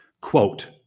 Quote